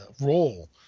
role